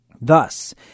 Thus